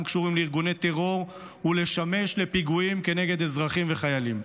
קשורים לארגוני טרור ומשמש לפיגועים כנגד אזרחים וחיילים.